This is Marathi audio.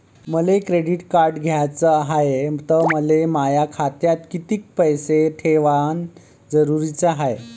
मले क्रेडिट कार्ड घ्याचं हाय, त मले माया खात्यात कितीक पैसे ठेवणं जरुरीच हाय?